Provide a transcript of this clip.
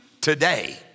today